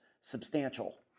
substantial